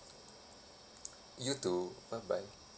you too bye bye